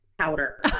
powder